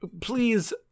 please